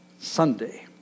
Sunday